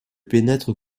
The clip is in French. pénètre